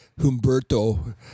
Humberto